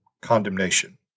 condemnation